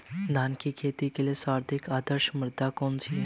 धान की खेती के लिए सर्वाधिक आदर्श मृदा कौन सी है?